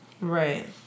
Right